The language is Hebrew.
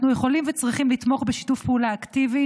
אנחנו יכולים וצריכים לתמוך בשיתוף פעולה אקטיבי